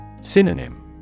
Synonym